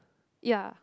ya